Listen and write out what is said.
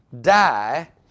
die